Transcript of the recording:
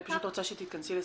אני רוצה שתתכנסי לסיום,